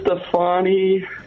Stefani